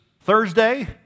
Thursday